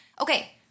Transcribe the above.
Okay